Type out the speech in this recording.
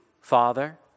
Father